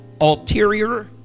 Ulterior